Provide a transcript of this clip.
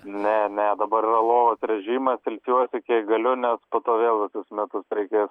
ne ne dabar yra lovos režimas ilsiuosi kiek galiu nes po to vėl visus metus reikės